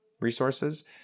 resources